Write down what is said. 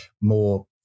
more